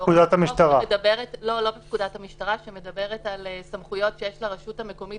בהוראת חוק שמדברת על סמכויות שיש לרשות המקומית